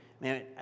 man